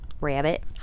Rabbit